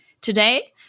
Today